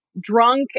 drunk